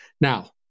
Now